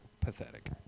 Pathetic